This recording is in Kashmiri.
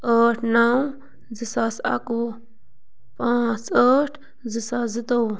ٲٹھ نَو زٕ ساس اَکوُہ پانٛژھ ٲٹھ زٕ ساس زٕتووُہ